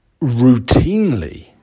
routinely